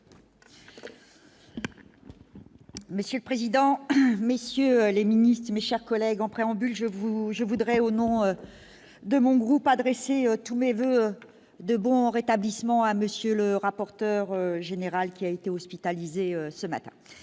Monsieur le président, messieurs les ministres, mes chers collègues, en préambule, je vous je voudrais au nom de mon groupe adresser tous mes voeux de bon rétablissement à monsieur le rapporteur général qui a été hospitalisé ce matin